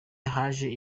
haje